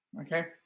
okay